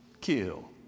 kill